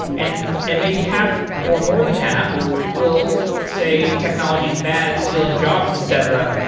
and and maybe half or more than half will say, technology is bad. stealing jobs, etc.